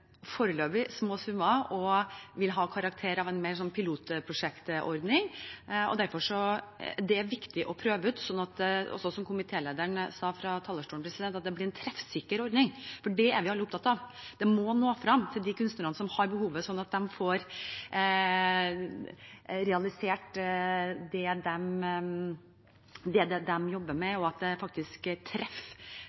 små summer, og at det vil ha karakter av en pilotprosjektordning. Det er viktig å prøve det ut. Som komitélederen sa fra talerstolen: Det blir en treffsikker ordning. Det er vi alle opptatt av, det må nå frem til de kunstnerne som har behovet, sånn at de får realisert det de jobber med, og at det faktisk treffer kunstnerne på en riktig måte og er et godt tiltak. Derfor jobber vi videre med